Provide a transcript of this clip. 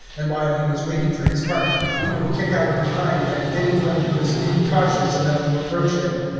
and while he was waiting for his part, he would kick out behind at any one who was incautious enough to approach him.